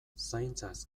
zaintzaz